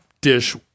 dish